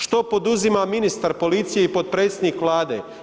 Što poduzima ministar policije i potpredsjednik Vlade?